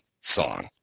song